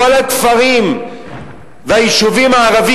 כל הכפרים והיישובים הערביים,